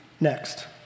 Next